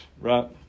right